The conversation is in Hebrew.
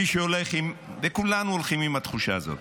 מי שהולך עם וכולנו הולכים עם התחושה הזאת.